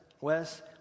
Wes